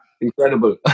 incredible